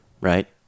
right